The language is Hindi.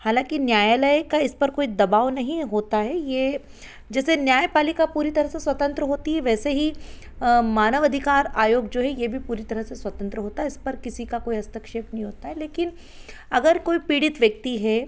हालाँकि न्यायालय का इस पर कोई दबाव नहीं होता है ये जैसे न्यायपालिका पूरी तरह से स्वतंत्र होती है वैसे ही मानव अधिकार आयोग जो है ये भी पूरी तरह से स्वतंत्र होता है इस पर किसी का कोई हस्तक्षेप नहीं होता है लेकिन अगर कोई पीड़ित व्यक्ति हे